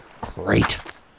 great